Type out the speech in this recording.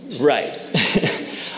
Right